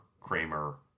Kramer